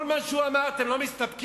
כל מה שהוא אמר אתם לא מסתפקים?